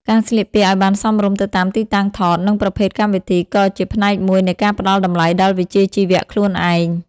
ការស្លៀកពាក់ឱ្យបានសមរម្យទៅតាមទីតាំងថត និងប្រភេទកម្មវិធី ក៏ជាផ្នែកមួយនៃការផ្ដល់តម្លៃដល់វិជ្ជាជីវៈខ្លួនឯង។